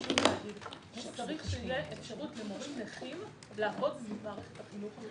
צריך שתהיה אפשרות למורים נכים לעבוד במערכת החינוך.